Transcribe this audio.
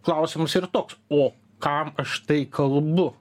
klausimas yra toks o kam aš tai kalbu